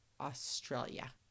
Australia